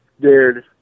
Dude